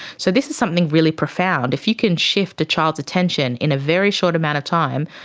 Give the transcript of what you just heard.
so this is something really profound. if you can shift a child's attention in a very short amount of time,